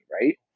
right